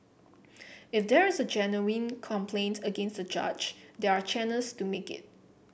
if there is a genuine complaint against the judge there are channels to make it